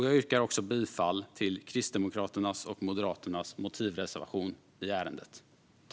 Jag yrkar också bifall till Kristdemokraternas och Moderaternas motivreservation i ärendet.